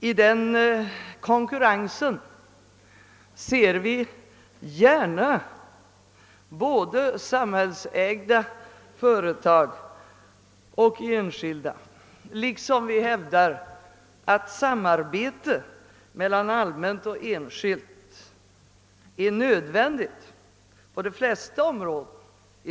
I denna konkurrens ser vi gärna både samhällsägda företag och enskilda sådana liksom vi hävdar att samarbetet mellan allmänt och enskilt i dag är nödvändigt på de flesta områden.